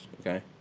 okay